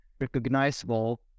recognizable